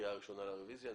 הקריאה הראשונה לרביזיה.